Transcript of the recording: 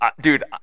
Dude